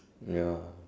ya